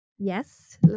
Yes